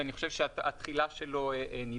שאני חושב שהתחילה שלו נדחתה,